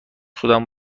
خودمو